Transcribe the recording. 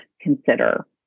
consider